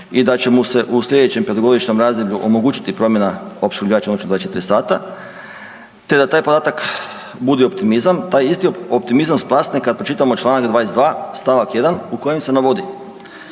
i da će mu se u slijedećem 5-godišnjem razdoblju omogućiti promjena opskrbljivača unutar 24 sata, te da taj podatak budi optimizam. Taj isti optimizam splasne kad pročitamo čl. 22. st. 1. u kojem se navodi,